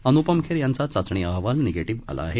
अन्पम खेर यांचा चाचणी अहवाल निगेटिव्ह आला आहे